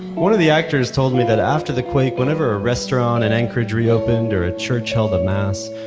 one of the actors told me that after the quake, whenever a restaurant in anchorage reopened or a church held a mass,